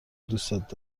دوستت